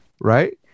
Right